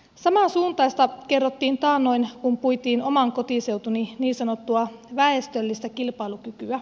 samansuuntaista kerrottiin taannoin kun puitiin oman kotiseutuni niin sanottua väestöllistä kilpailukykyä